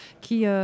qui